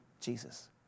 Jesus